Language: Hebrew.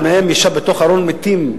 אחד מהם ישב בתוך ארון מתים,